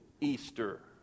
Easter